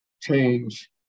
change